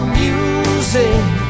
music